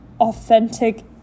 authentic